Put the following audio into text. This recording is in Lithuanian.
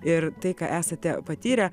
ir tai ką esate patyrę